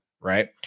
Right